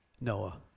Noah